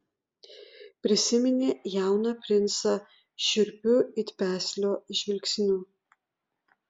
prisiminė jauną princą šiurpiu it peslio žvilgsniu